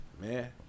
man